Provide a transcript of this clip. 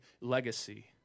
legacy